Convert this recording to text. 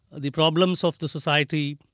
the problems of the society,